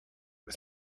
was